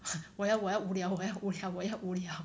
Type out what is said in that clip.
我要我要无聊我要无聊我要无聊